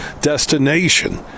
destination